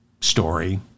story